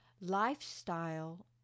lifestyle